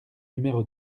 numéro